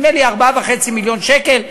נדמה לי 4.5 מיליון שקל,